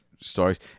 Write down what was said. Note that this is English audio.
stories